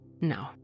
No